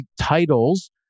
titles